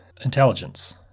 intelligence